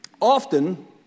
Often